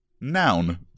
noun